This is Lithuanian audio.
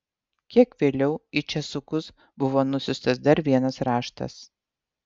kiek vėliau į česukus buvo nusiųstas dar vienas raštas